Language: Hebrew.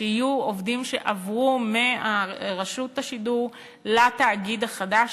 עובדים שעברו מרשות השידור לתאגיד החדש.